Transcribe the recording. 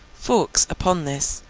fawkes, upon this,